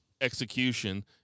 Execution